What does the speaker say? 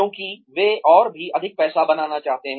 क्योंकि वे और भी अधिक पैसा बनाना चाहते हैं